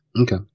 Okay